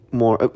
more